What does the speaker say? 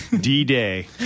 D-Day